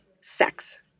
sex